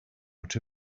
out